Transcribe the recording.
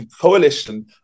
coalition